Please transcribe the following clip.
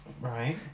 Right